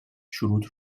شروط